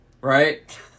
Right